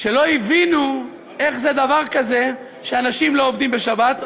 שלא הבינו איך זה שאנשים לא עובדים בשבת,